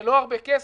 זה לא הרבה כסף.